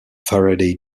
faraday